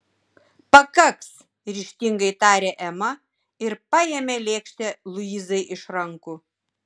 pakaks ryžtingai tarė ema ir paėmė lėkštę luizai iš rankų